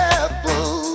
apple